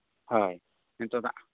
ᱦᱳᱭ ᱱᱤᱛᱚᱜ